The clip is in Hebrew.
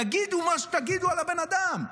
תגידו מה שתגידו על הבן אדם,